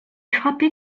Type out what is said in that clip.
frappé